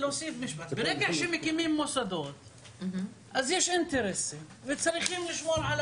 שמקימים מוסדות אז יש אינטרסים וצריכים לשמור על